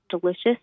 delicious